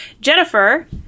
Jennifer